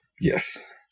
Yes